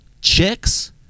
Chicks